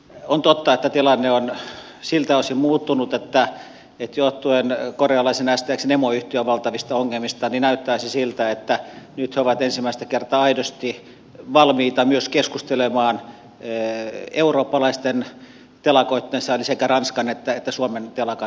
on totta että tilanne on siltä osin muuttunut että johtuen stxn korealaisen emoyhtiön valtavista ongelmista näyttäisi siltä että nyt he ovat ensimmäistä kertaa aidosti valmiita myös keskustelemaan eurooppalaisten telakoittensa eli sekä ranskan että suomen telakan myynnistä